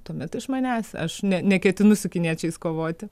tuomet iš manęs aš ne neketinu su kiniečiais kovoti